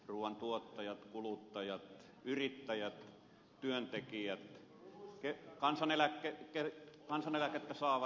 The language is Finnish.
ruuan tuottajat kuluttajat yrittäjät työntekijät kansaneläkettä saavat ja työeläkettä saavat